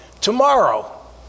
tomorrow